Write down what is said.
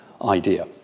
idea